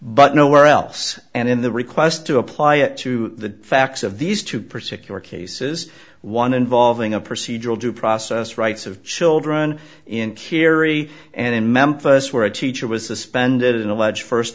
but nowhere else and in the request to apply it to the facts of these two particular cases one involving a procedural due process rights of children in kerry and in memphis where a teacher was suspended and allege